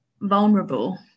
vulnerable